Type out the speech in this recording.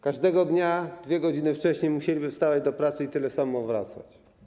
Każdego dnia 2 godziny wcześniej musieliby wstawać do pracy i tyle samo wracać.